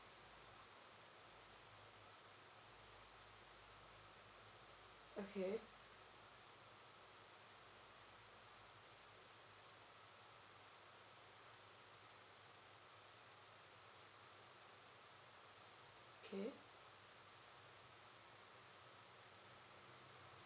okay okay